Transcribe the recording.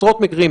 עשרות מקרים,